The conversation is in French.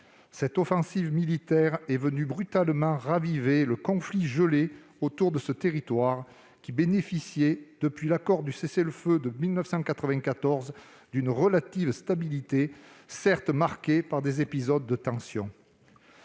Cette offensive militaire est venue brutalement raviver le « conflit gelé » autour de ce territoire, qui bénéficiait, depuis l'accord de cessez-le-feu de 1994, d'une relative stabilité, certes marquée par des épisodes de tension.